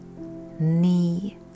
knee